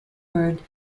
word